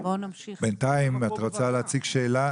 בואו ננסה לשמור על הרצף כי זה באמת טיפה מורכב כל האירוע הזה.